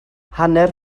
hanner